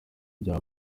ibya